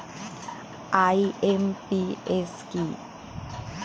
IMPS কি?